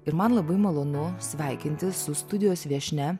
ir man labai malonu sveikintis su studijos viešnia